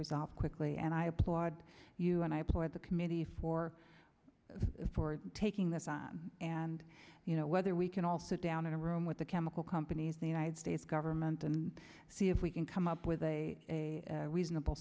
resolved quickly and i applaud you and i applaud the committee for taking this on and you know whether we can all sit down in a room with the chemical companies the united states government and see if we can come up with a reasonable